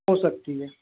हो सकती है